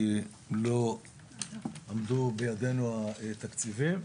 כי לא עמדו בידינו התקציבים.